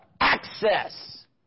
access